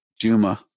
Juma